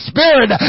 Spirit